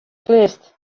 glust